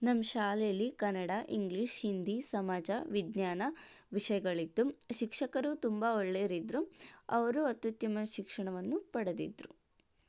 ನಮ್ಮ ಶಾಲೆಯಲ್ಲಿ ಕನ್ನಡ ಇಂಗ್ಲಿಷ್ ಹಿಂದಿ ಸಮಾಜ ವಿಜ್ಞಾನ ವಿಷಯಗಳಿತ್ತು ಶಿಕ್ಷಕರು ತುಂಬ ಒಳ್ಳೆಯವರಿದ್ರು ಅವರು ಅತ್ಯುತ್ತಮ ಶಿಕ್ಷಣವನ್ನು ಪಡೆದಿದ್ರು